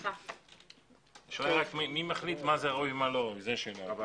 השאלה מי מחליט מה ראוי ומה לא ראוי.